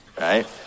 Right